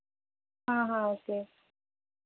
okay